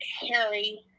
Harry